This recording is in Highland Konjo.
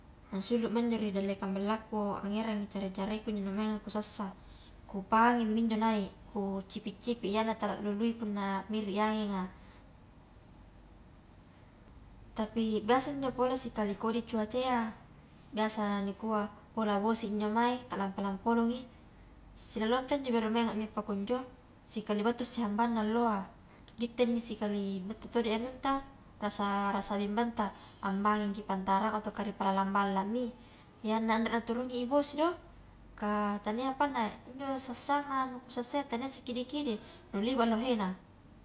Ansuluma injo ri dallekang ballakku angerangi care-careku injo nu maenga ku sassa ku pangingmi injo naik ku cipi-cipi iyana tala lului punna miri anginga, tapi biasa injo pole sikali kodi cuaca iya, biasa nikua oh la bosi i injo mae ka lampo-lampolongi, silalonta injo beru pakunjo sikali battusi hambangna alloa, kitta inni sikali battu todoi anunta rasa bimbangta, abangingki pantarang ataukah ri palalang ballami iya na anre naturungi i bosi do kah tania apanna injo sassanga nu kuasassayya tania sikidi-kidi, nu liba lohena.